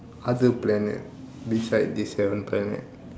other planets beside these seven planets